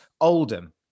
Oldham